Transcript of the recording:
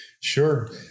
Sure